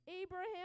abraham